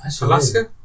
Alaska